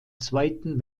zweiten